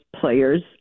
players